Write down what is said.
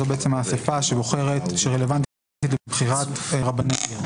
זו בעצם האסיפה שרלוונטית לבחירת רבנים.